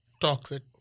toxic